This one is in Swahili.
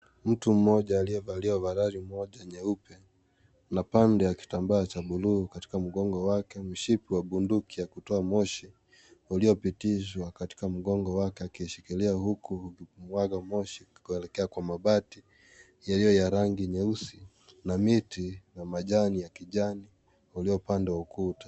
Mtu mmoja aliyevalia ovarali moja nyeupe na pande ya kitambaa cha bluu katika mgongo wake , mshipi wa bunduki ya kutoa moshi uliopitishwa katika mgongo wake akiiishikiia huku akimwaga moshi kuelekea kwa mabati yaliyo ya rangi nyeusi na miti na majani ya kijani ulio pande wa ukuta.